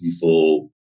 people